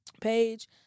page